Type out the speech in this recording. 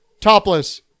Topless